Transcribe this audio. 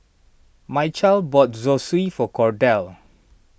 Mychal bought Zosui for Cordell